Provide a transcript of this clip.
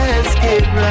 escape